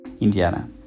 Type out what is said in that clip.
Indiana